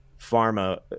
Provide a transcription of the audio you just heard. pharma